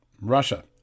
Russia